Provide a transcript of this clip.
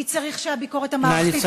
כי צריך שהביקורת המערכתית,